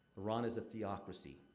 iran is a theocracy.